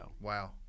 Wow